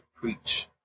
preach